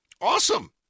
Awesome